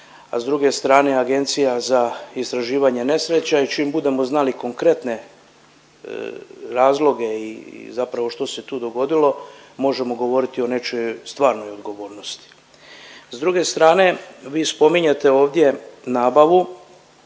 a s druge strane Agencija za istraživanje nesreća. I čim budemo znali konkretne razloge i zapravo što se tu dogodilo možemo govoriti o nečijoj stvarnoj odgovornosti. S druge strane, vi spominjete ovdje nabavu.